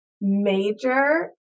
major